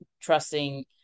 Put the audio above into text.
trusting